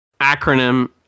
acronym